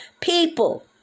People